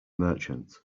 merchant